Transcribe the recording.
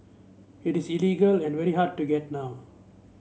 it is illegal and very hard to get now